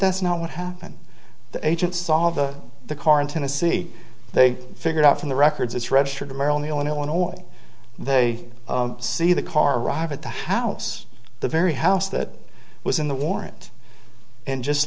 that's not what happened the agents saw the the car in tennessee they figured out from the records it's registered to merrill neal in illinois they see the car arrive at the house the very house that was in the warrant and just